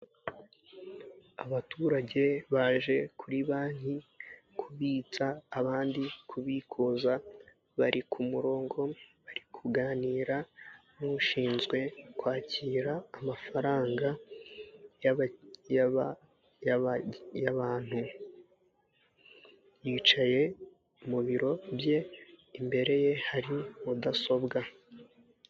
Abaturage baje kuri banki kubitsa abandi kubikuza bari ku murongo bari kuganira n'ushinzwe kwakira amafaranga y'abantu yicaye mu biro bye imbere ye hari mudasobwa.